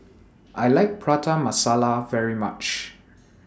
I like Prata Masala very much